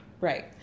Right